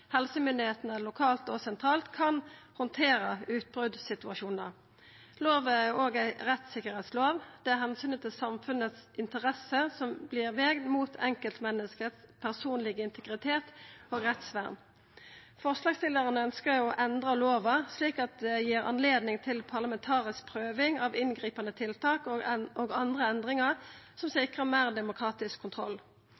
helsemyndigheitene lokalt og sentralt kan handtera utbrotsituasjonar. Lova er òg ei rettstryggleikslov, der omsynet til interessene til samfunnet vert vega mot den personlege integriteten og rettsvernet til einskildmennesket. Forslagsstillarane ønskjer å endra lova slik at det vert anledning til parlamentarisk prøving av inngripande tiltak og andre endringar som